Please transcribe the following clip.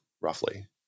roughly